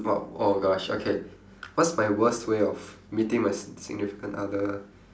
what oh gosh okay what's my worst way of meeting my sig~ significant other